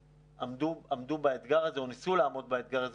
ועמדו באתגר הזה או ניסו לעמוד באתגר הזה,